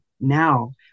now